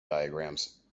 diagrams